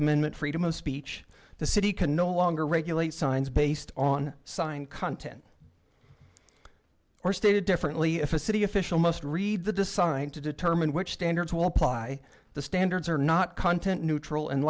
amendment freedom of speech the city can no longer regulate signs based on sign content or stated differently if a city official must read the design to determine which standards will apply the standards are not content neutral and